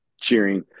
cheering